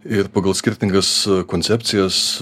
ir pagal skirtingas koncepcijas